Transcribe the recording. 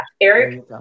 Eric